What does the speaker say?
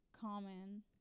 common